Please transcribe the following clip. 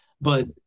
but-